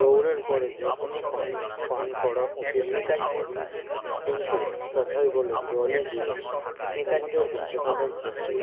দৌড়ের পরে যে কোনো পানীয় পান করা উচিত নয় কিন্তু কথায় বলে জলই জীবন আমাদের বেঁচে থাকার ক্ষেত্রে